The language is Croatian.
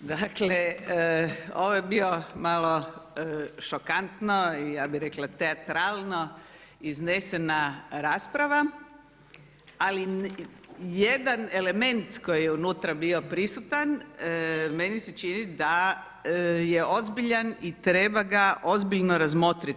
Dakle ovo je bio malo šokantno i ja bih rekla teatralno iznesena rasprava, ali jedan element koji je unutra bio prisutan meni se čini da je ozbiljan i treba ga ozbiljno razmotrit